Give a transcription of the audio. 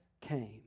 came